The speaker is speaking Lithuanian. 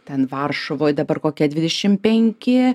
ten varšuvoj dabar kokie dvidešim penki